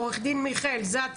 עו"ד מיכאל זץ